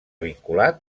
vinculat